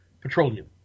petroleum